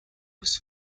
was